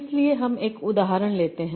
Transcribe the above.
इसलिए हम एक उदाहरणलेते हैं